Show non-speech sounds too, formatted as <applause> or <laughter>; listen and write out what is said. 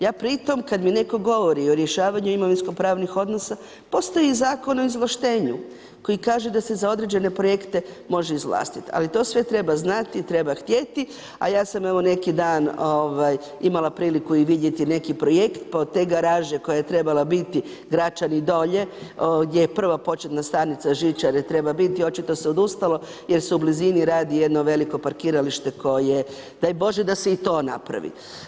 Ja pri tome kada mi netko govori o rješavanju imovinsko pravnih odnosa, postoji Zakon o izvlaštenju koji kaže da se za određene projekte može izvlastiti ali to sve treba znati, treba htjeti a ja sam evo neki dan imala priliku i vidjeti neki projekt ... <unintelligible> garaže koja je trebala biti Gračani dolje gdje je prva početna stanica žičare treba biti, očito se odustalo jer se u blizini radi jedno veliko parkiralište koje daj Bože da se i to napravi.